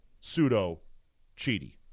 pseudo-cheaty